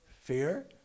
Fear